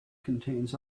contains